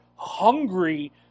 Hungry